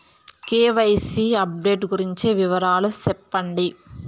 KYC update గురించి వివరాలు సెప్పండి?